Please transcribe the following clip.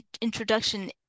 introduction